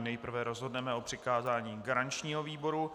Nejprve rozhodneme o přikázání garančního výboru.